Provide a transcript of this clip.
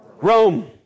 Rome